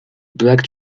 black